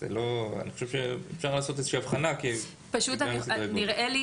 אני חושב שאפשר לעשות איזושהי הבחנה בגלל סדרי הגודל.